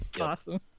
Awesome